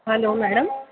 hello madam